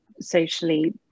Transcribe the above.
socially